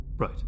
Right